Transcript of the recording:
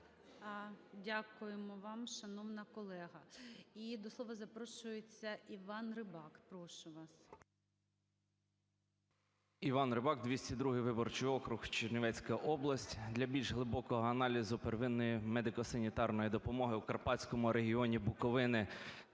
Дякуємо вам, шановна колега. І до слова запрошується Іван Рибак. Прошу вас.